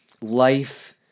life